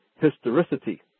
historicity